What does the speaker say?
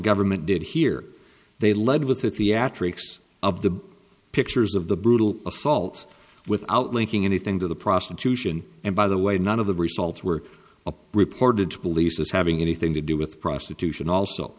government did here they led with a theatrical of the pictures of the brutal assaults without linking anything to the prostitution and by the way none of the results were a reported to police as having anything to do with prostitution also